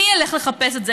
מי ילך לחפש את זה?